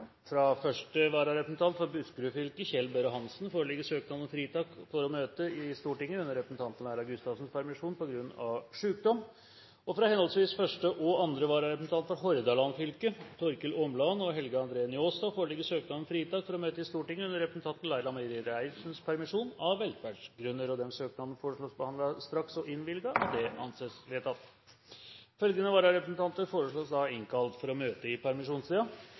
Fra henholdsvis første og andre vararepresentant for Hordaland fylke, Torkil Åmland og Helge André Njåstad, foreligger søknader om fritak for å møte i Stortinget under representanten Laila Marie Reiertsens permisjon, av velferdsgrunner. Disse søknadene foreslås behandlet straks og innvilges. – Det anses vedtatt. Følgende vararepresentanter innkalles for å møte i